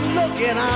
looking